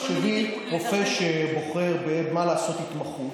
אבל תחשבי שרופא שבוחר במה לעשות התמחות,